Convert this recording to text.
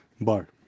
bar